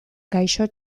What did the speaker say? gaixo